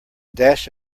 dash